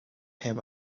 him